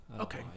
okay